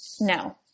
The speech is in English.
no